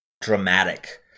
dramatic